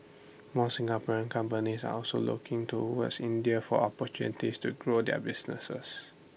more Singapore companies are also looking towards India for opportunities to grow their businesses